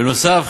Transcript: בנוסף,